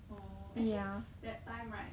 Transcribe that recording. orh actually that time right